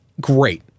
great